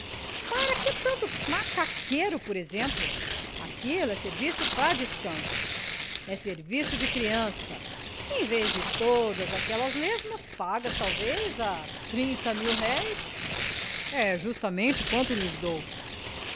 para que tanto macaqueiro por exemplo aquilo é serviço para descanso é serviço de criança em vez de todas aquelas lesmas pagas talvez a trinta mil-réis é justamente quanto lhes dou